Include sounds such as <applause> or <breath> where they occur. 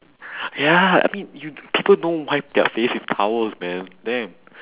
<breath> ya I mean you people don't wipe their face with towels man damn